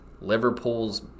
Liverpool's